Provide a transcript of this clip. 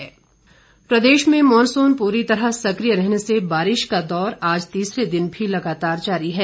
मौसम प्रदेश में मॉनसून पूरी तरह सक्रिय रहने से बारिश का दौर आज तीसरे दिन भी लगातार जारी है